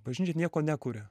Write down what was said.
bažnyčia nieko nekuria